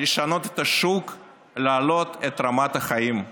לשנות את השוק ולהעלות את רמת החיים.